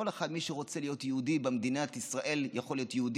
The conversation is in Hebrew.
כל אחד שרוצה להיות יהודי במדינת ישראל יכול להיות יהודי,